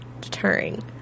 deterring